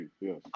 yes